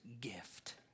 gift